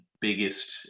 biggest